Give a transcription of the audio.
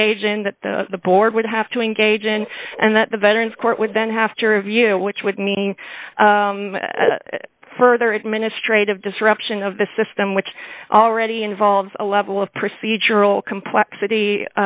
engage and that the board would have to engage in and that the veterans court would then have to review which would me further administrative disruption of the system which already involves a level of procedural complexity